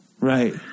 Right